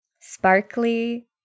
sparkly